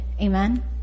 Amen